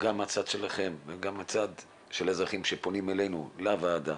גם מהצד שלכם וגם מהצד של האזרחים שפונים אלינו לוועדה,